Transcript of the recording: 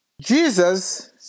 Jesus